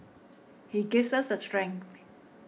he gives us the strength